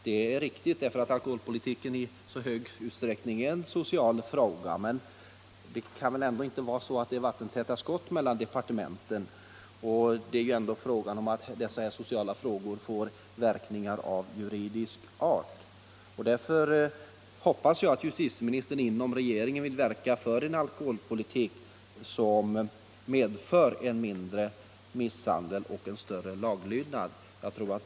Det är naturligtvis riktigt i så måtto att alkoholpolitiken i stor utsträckning får sociala följder, men det är väl ändå inte vattentäta skott mellan departementen. De sociala Nr 63 frågor det här gäller får ju också verkningar av juridisk art, och jag hoppas Tisdagen den politik som medför färre misshandelsbrott och en större laglydnad.